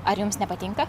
ar jums nepatinka